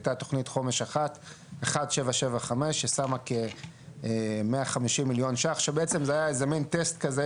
היתה תכנית חומש אחת 175 ששמה כ150 מיליון ₪ שבעצם זה היה מין טסט כזה,